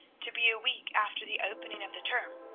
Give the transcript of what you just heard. to be a week after the opening of the term,